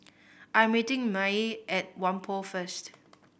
I'm meeting Mae at Whampoa first